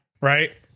right